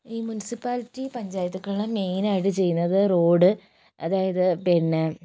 ഈ മുൻസിപ്പാലിറ്റി പഞ്ചായത്തുകൾ മെയിനായിട്ട് ചെയ്യുന്നത് റോഡ് അതായത് പിന്നെ